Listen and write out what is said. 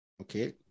okay